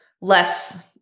less